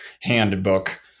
handbook